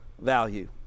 value